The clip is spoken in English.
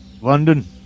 London